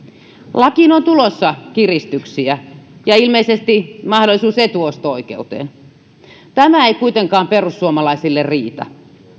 lakiin on tulossa kiristyksiä ja ilmeisesti mahdollisuus etuosto oikeuteen tämä ei kuitenkaan perussuomalaisille riitä